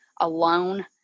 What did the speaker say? alone